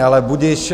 Ale budiž.